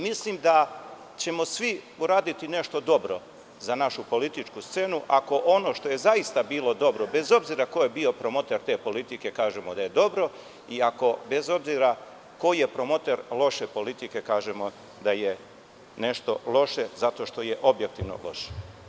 Mislim da ćemo svi uraditi nešto dobro za našu političku scenu ako ono što je zaista bilo dobro, bez obzira ko je bio promoter te politike, kažemo da je dobro, i ako, bez obzira ko je promoter loše politike, kažemo da je nešto loše zato što je objektivno loše.